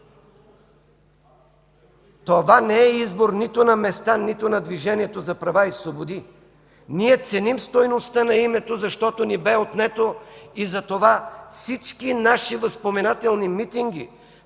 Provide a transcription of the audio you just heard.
това не е избор нито на Местан, нито на Движението за права и свободи. (Реплики от ГЕРБ.) Ние ценим стойността на името, защото ни бе отнето и затова всички наши възпоменателни митинги